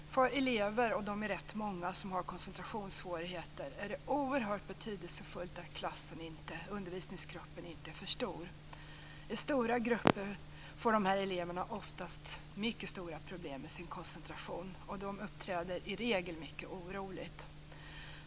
För elever som har koncentrationssvårigheter, och de är rätt många, är det oerhört betydelsefullt att undervisningsgruppen inte är för stor. I stora grupper får de här eleverna oftast mycket stora problem med sin koncentration, och de uppträder i regel mycket oroligt.